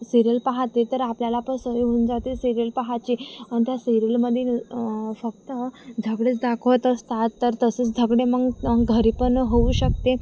serial पाहते तर आपल्याला पण सवय होऊन जाते सिरियल पाहायचे आणि त्या सिरियलमध्ये फक्त झगडेच दाखवत असतात तर तसेच झगडे मग घरी पण होऊ शकते